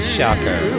Shocker